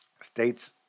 states